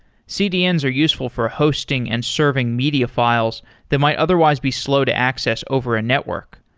cdns are useful for hosting and serving media files that might otherwise be slow to access over a network.